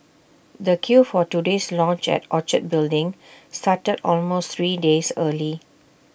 the queue for today's launch at Orchard building started almost three days early